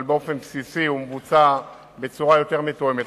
אבל באופן בסיסי הוא מבוצע בצורה יותר מתואמת.